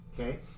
Okay